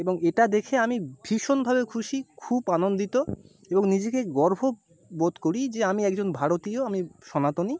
এবং এটা দেখে আমি ভীষণভাবে খুশি খুব আনন্দিত এবং নিজেকে গর্ব বোধ করি যে আমি একজন ভারতীয় আমি সনাতনী